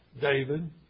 David